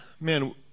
man